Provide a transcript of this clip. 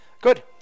Good